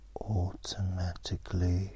automatically